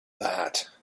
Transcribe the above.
that